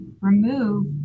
remove